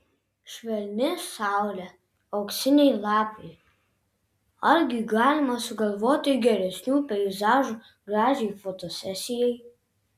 švelni saulė auksiniai lapai argi galima sugalvoti geresnių peizažų gražiai fotosesijai